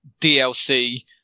DLC